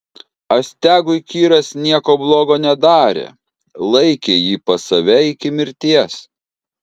astiagui kyras nieko blogo nedarė laikė jį pas save iki mirties